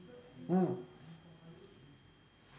mm